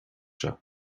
seo